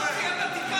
אתה לא מוציא.